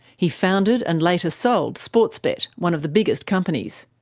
he founded and later sold sportsbet, one of the biggest companies.